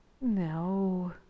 no